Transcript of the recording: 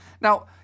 Now